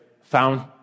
found